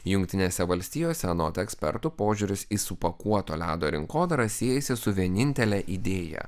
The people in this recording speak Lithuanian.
jungtinėse valstijose anot ekspertų požiūris į supakuoto ledo rinkodarą siejasi su vienintele idėja